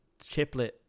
chiplet